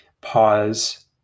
pause